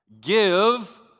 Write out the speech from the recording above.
Give